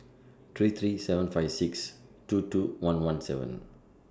three three seven five six two two one one seven